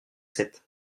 sept